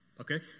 Okay